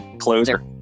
Closer